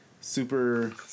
super